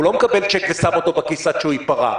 הוא לא מקבל צ'ק, ושם אותו בכיס עד שהוא ייפרע.